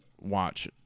watch